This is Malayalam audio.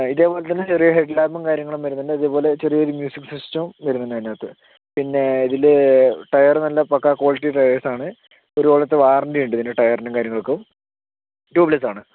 ഇതേപോലത്തന്നെ ഒര് ഹെഡ് ലാമ്പും കാര്യങ്ങളും വരുന്നുണ്ട് അതുപോലെ ചെറിയൊരു മ്യൂസിക് സിസ്റ്റവും വരുന്നുണ്ട് അതിനകത്ത് പിന്നെ ഇതില് ടയറ് നല്ല പക്കാ ക്വാളിറ്റി ടയേഴ്സാണ് ഒരു കൊല്ലത്തെ വാറൻറ്റിയും ഉണ്ട് ഇതിന് ടയറിനും കാര്യങ്ങൾക്കും ടൂബ് ലെസ്സാണ്